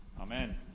Amen